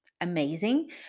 Amazing